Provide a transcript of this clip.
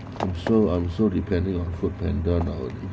I'm so I'm so depending on food panda nowadays